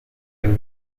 den